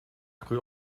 cru